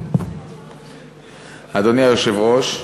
אדוני היושב-ראש,